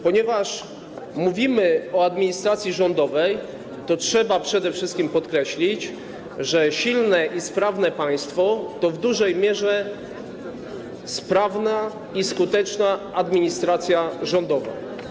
Ponieważ mówimy o administracji rządowej, trzeba przede wszystkim podkreślić, że silne i sprawne państwo to w dużej mierze sprawna i skuteczna administracja rządowa.